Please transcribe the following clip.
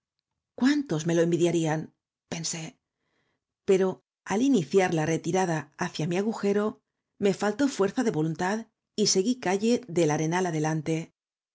cuántos me lo envidiarían pensé pero al iniciar la retirada hacia mi agujero me faltó fuerza de voluntad y seguí calle del arenal